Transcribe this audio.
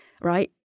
Right